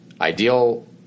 ideal